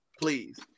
please